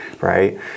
right